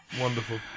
Wonderful